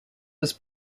was